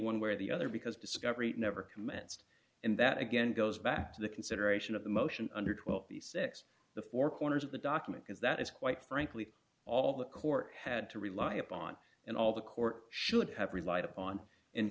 where the other because discovery never commenced and that again goes back to the consideration of the motion under twelve the six the four corners of the document because that is quite frankly all the court had to rely upon and all the court should have relied upon in